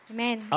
Amen